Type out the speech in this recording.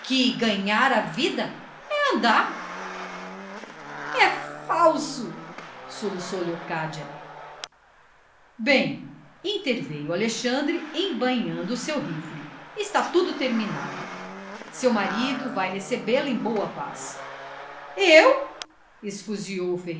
ganhar a vida é andar é falso soluçou leocádia bem interveio alexandre embainhando o seu refle está tudo terminado seu marido vai recebê-la em boa paz eu